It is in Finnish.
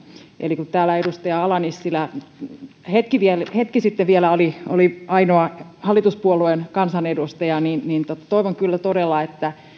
eli kun täällä edustaja ala nissilä vielä hetki sitten oli oli ainoa hallituspuolueen kansanedustaja niin niin toivon kyllä todella että